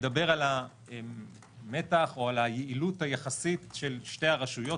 מדבר על המתח או על היעילות היחסית של שתי הרשויות,